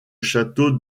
château